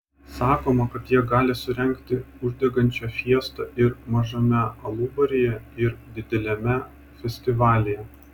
sakoma kad jie gali surengti uždegančią fiestą ir mažame alubaryje ir dideliame festivalyje